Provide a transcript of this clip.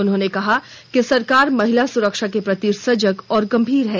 उन्होंने कहा कि सरकार महिला सुरक्षा के प्रति सजग एवं गंभीर है